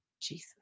Jesus